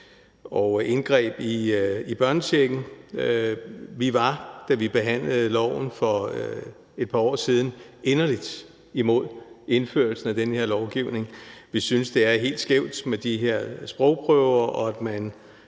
og indgreb i børnechecken. Vi var, da vi behandlede det for et par år siden, inderligt imod indførelsen af den her lovgivning. Vi synes, det er helt skævt med de her sprogprøver, og at man